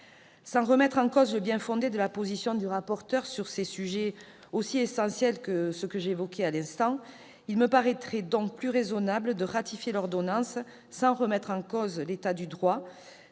Sans remettre en cause le bien-fondé de la position du rapporteur sur des sujets aussi essentiels que ceux que j'évoquais à l'instant, il me paraîtrait plus raisonnable de ratifier l'ordonnance sans remettre en cause l'état du droit,